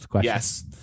Yes